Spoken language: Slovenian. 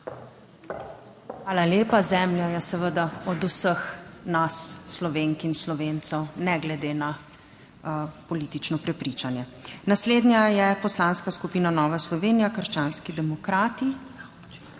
Hvala lepa. Zemlja je seveda od vseh nas, Slovenk in Slovencev, ne glede na politično prepričanje. Naslednja je Poslanska skupina Nova Slovenija - Krščanski demokrati,